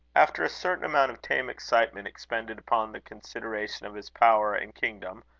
after a certain amount of tame excitement expended upon the consideration of his power and kingdom,